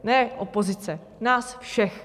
Ne opozice, nás všech.